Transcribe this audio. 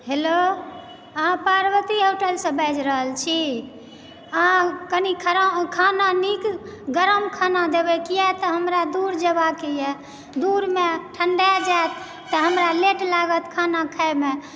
hello अहाँ पार्वती होटलसँ बाजि रहल छी अहाँ कनि खना खाना नीक गरम खाना देबय किआतऽ हमरा दूर जएबाकेए दूरमे ठण्डाय जाइत तऽ हमरा लेट लागत खाना खाइमे